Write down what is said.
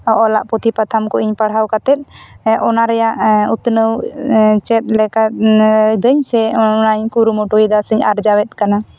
ᱚᱞᱟᱜ ᱯᱩᱛᱷᱤ ᱯᱟᱛᱷᱟᱢ ᱠᱚᱹᱧ ᱯᱟᱲᱦᱟᱣ ᱠᱟᱛᱮ ᱚᱱᱟ ᱨᱮᱭᱟᱜ ᱩᱛᱱᱟᱹᱣ ᱪᱮᱫ ᱞᱮᱠᱟ ᱞᱤᱫᱟᱹᱧ ᱥᱮ ᱚᱱᱞᱟᱭᱤᱱ ᱠᱩᱨᱩᱢᱩᱭ ᱤᱫᱟᱹᱧ ᱥᱮ ᱟᱨᱡᱟᱣᱮᱫ ᱠᱟᱱᱟ